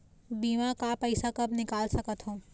बीमा का पैसा कब निकाल सकत हो?